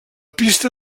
pista